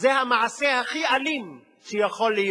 זה המעשה הכי אלים שיכול להיות,